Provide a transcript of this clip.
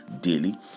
daily